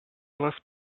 left